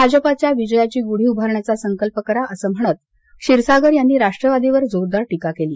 भाजपच्या विजयाची गुढी उभारण्याचा संकल्प करा असं म्हणत क्षीरसागर यांनी राष्ट्रवादीवर जोरदार टीका केली